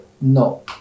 No